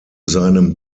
seinem